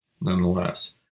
nonetheless